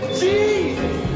jesus